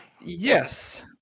Yes